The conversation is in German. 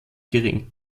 gering